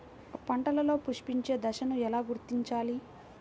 పంటలలో పుష్పించే దశను ఎలా గుర్తించాలి?